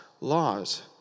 laws